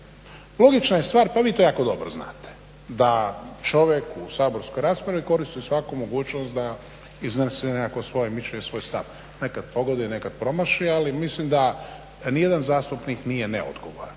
Logična je stvar, pa vi to jako dobro znate, da čovjek u saborskoj raspravi koristi svaku mogućnost da iznese nekakvo svoj mišljenje, svoj stav, nekad pogodi, nekad promaši ali mislim da nijedan zastupnik nije neodgovoran.